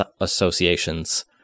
associations